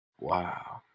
Wow